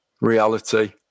reality